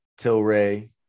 Tilray